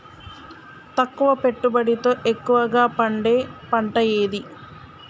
తక్కువ పెట్టుబడితో ఎక్కువగా పండే పంట ఏది?